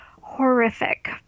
horrific